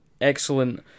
excellent